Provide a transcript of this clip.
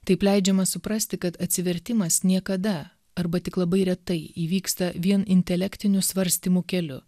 taip leidžiama suprasti kad atsivertimas niekada arba tik labai retai įvyksta vien intelektinių svarstymų keliu